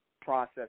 process